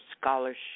scholarship